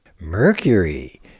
Mercury